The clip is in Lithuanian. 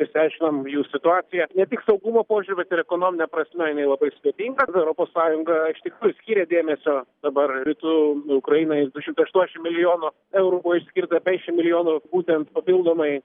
išsiaiškinom jų situaciją ne tik saugumo požiūriu bet ir ekonomine prasme jinai labai sudėtinga europos sąjunga iš tikrųjų skyrė dėmesio dabar rytų ukrainai du šimtai aštuoniasdešim milijonų eurų buvo išskirta penkiasšim milijonų būtent papildomai